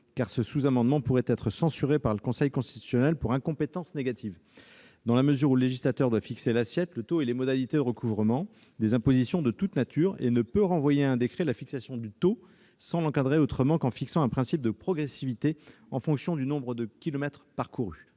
ce sous-amendement pourrait être censuré par le Conseil constitutionnel pour incompétence négative, dans la mesure où le législateur doit fixer l'assiette, le taux et les modalités de recouvrement des impositions de toute nature et ne peut renvoyer à un décret la fixation du taux sans l'encadrer autrement qu'en fixant un principe de progressivité en fonction du nombre de kilomètres parcourus.